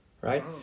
right